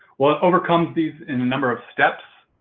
well, it overcomes these in a number of steps